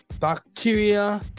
Bacteria